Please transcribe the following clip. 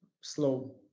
slow